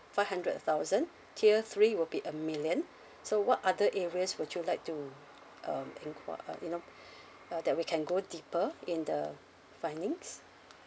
five hundred thousand tier three would be a million so what other areas would you like to um enqui~ uh you know uh that we can go deeper in the findings